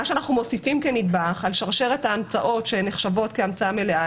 מה שאנחנו מוסיפים כנדבך על שרשרת ההמצאות שנחשבות כהמצאה מלאה,